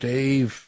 Dave